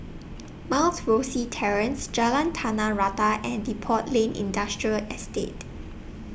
Mount Rosie Terrace Jalan Tanah Rata and Depot Lane Industrial Estate